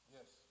Yes